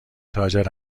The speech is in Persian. تاجر